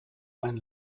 ein